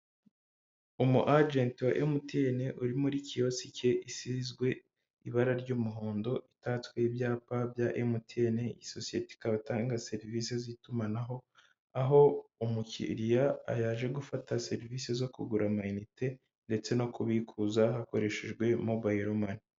Umu ajenti wa MTN, uri muri kiyosiki isizwe ibara ry'umuhondo itatsweho ibyapa bya MTN, isosiyete ikaba itanga serivisi z'itumanaho, aho umukiriya yaje gufata serivisi zo kugura amayinite ndetse no kubikuza hakoreshejwe mobayiro mani.